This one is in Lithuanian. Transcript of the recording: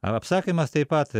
apsakymas taip pat